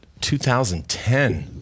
2010